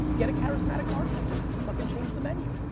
get a charismatic bar tender, fucking change the menu.